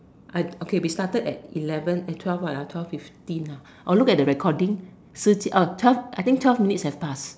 I okay we started at eleven eh twelve what ah twelve fifteen ah or look at the recording see uh oh twelve I think twelve minutes have passed